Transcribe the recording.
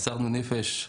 מסרנו נפש.